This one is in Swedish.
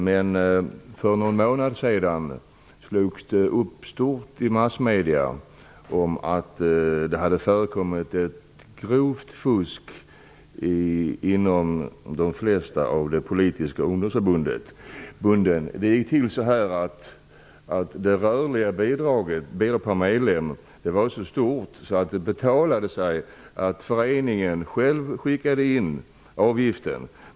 Men för någon månad sedan slogs det upp stort i massmedierna att det hade förekommit ett grovt fusk inom de flesta av de politiska ungdomsförbunden. Det rörliga bidraget per medlem var så stort att det betalade sig för föreningen att själv skicka in avgiften.